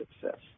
success